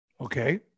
Okay